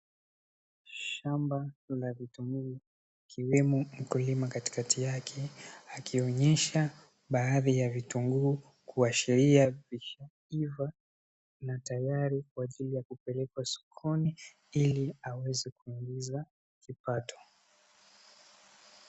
Shamba la vitunguu likiwemo mkulima katikati yake, akionyesha baadhi ya vitunguu kuashiria vishaiva na tayari kwaajili ya kupelekwa sokoni ili aweze kuingiza kipato.